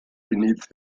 beneath